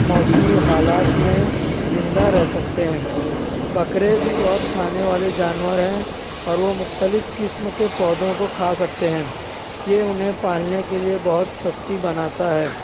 موسمی حالات میں زندہ رہ سکتے ہیں بکرے بھی بہت کھانے والے جانور ہیں اور وہ مختلف قسم کے پودوں کو کھا سکتے ہیں یہ انہیں پالنے کے لیے بہت سستی بناتا ہے